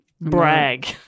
brag